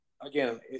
again